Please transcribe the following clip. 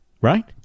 Right